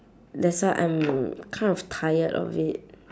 that's why I'm kind of tired of it